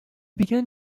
began